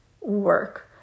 work